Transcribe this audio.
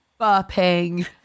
burping